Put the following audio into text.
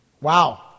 Wow